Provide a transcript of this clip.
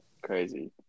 crazy